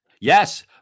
Yes